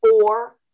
four